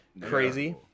crazy